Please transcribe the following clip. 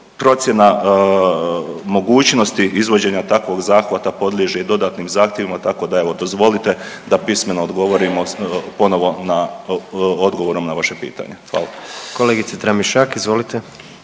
procjena mogućnosti izvođenja takvog zahvata podliježe i dodatnim zahtjevima tako da evo dozvolite da pismeno odgovorimo ponovo na odgovorom na vaše pitanje. Hvala. **Jandroković,